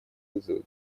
вызовы